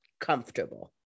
comfortable